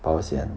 保险